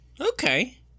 Okay